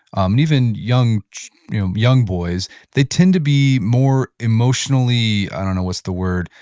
um and even young young boys, they tend to be more emotionally, i don't know, what's the word?